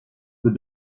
peut